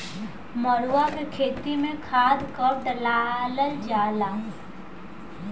मरुआ के खेती में खाद कब डालल जाला?